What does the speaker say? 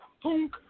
punk